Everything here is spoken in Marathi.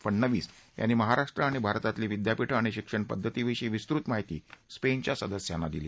फडणवीस यांनी महाराष्ट्र आणि भारतातील विद्यापीठं आणि शिक्षण पद्धतीविषयी विस्तृत माहिती स्पेनच्या सदस्यांना दिली